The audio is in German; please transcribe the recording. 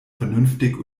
vernünftig